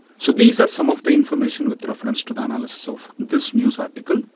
so these are some of the information with reference to the analysis of this news article.